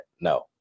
No